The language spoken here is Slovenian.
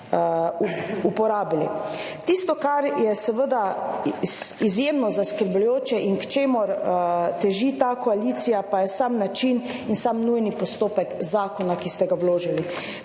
uporabili. Tisto, kar je seveda izjemno zaskrbljujoče in k čemur teži ta koalicija pa je sam način in sam nujni postopek zakona, ki ste ga vložili.